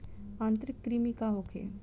आंतरिक कृमि का होखे?